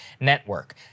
network